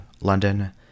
London